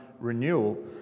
renewal